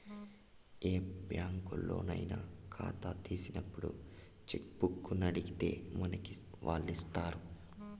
ఏ బ్యాంకులోనయినా కాతా తీసినప్పుడు చెక్కుబుక్కునడిగితే మనకి వాల్లిస్తారు